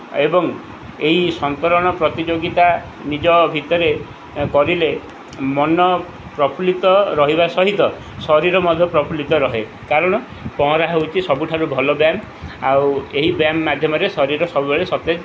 ଏବଂ ଏହି ସନ୍ତରଣ ପ୍ରତିଯୋଗିତା ନିଜ ଭିତରେ କରିଲେ ମନ ପ୍ରଫୁଲ୍ଲିତ ରହିବା ସହିତ ଶରୀର ମଧ୍ୟ ପ୍ରଫୁଲ୍ଲିତ ରୁହେ କାରଣ ପହଁରା ହେଉଛି ସବୁଠାରୁ ଭଲ ବ୍ୟାୟାମ ଆଉ ଏହି ବ୍ୟାୟାମ ମାଧ୍ୟମରେ ଶରୀର ସବୁବେଳେ ସତେଜ